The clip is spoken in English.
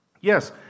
Yes